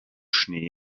schnee